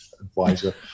advisor